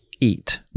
eat